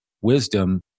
wisdom